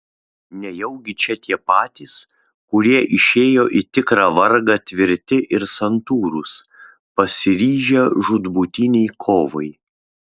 nejaugi čia tie patys kurie išėjo į tikrą vargą tvirti ir santūrūs pasiryžę žūtbūtinei kovai